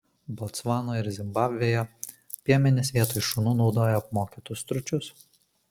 botsvanoje ir zimbabvėje piemenys vietoj šunų naudoja apmokytus stručius